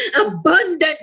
abundant